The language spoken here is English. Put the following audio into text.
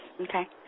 Okay